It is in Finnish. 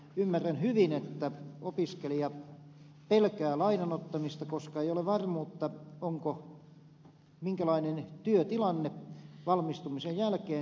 ymmärrän hyvin että opiskelija pelkää lainan ottamista koska ei ole varmuutta minkälainen työtilanne on valmistumisen jälkeen